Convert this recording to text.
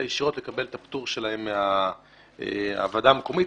ומאפשרת להן ישירות לקבל את הפטור שלהן מהוועדה המקומית.